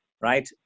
right